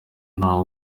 nta